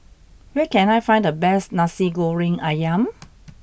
where can I find the best Nasi Goreng Ayam